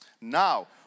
Now